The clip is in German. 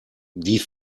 die